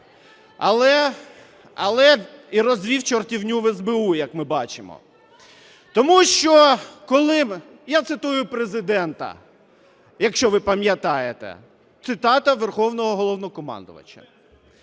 але й розвів чортівню в СБУ, як ми бачимо. Тому що коли… Я цитую Президента, якщо ви пам'ятаєте, цитата Верховного головнокомандувача.